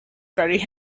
very